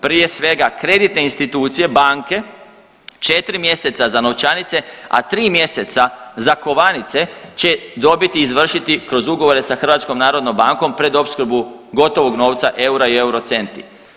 Prije svega, kreditne institucije, banke, 4 mjeseca za novčanice, a 3 mjeseca za kovanice će dobiti i izvršiti kroz ugovore sa HNB-om pred opskrbu gotovog novca eura i euro centi.